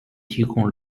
提供